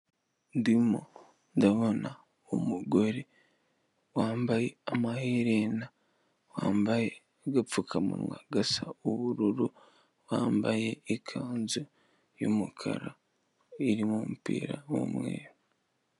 Ndimo ndabona umugore wambaye amaherena, wambaye agapfukamunwa gasa ubururu, bambaye ikanzu y'umukara irimo umupira w'umweru.